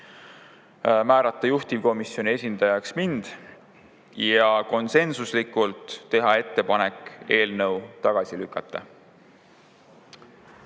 määrata juhtivkomisjoni esindajaks mind. Ning konsensuslikult tehti ettepanek eelnõu tagasi lükata.